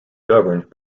governed